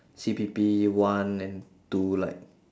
C_P_P one and two like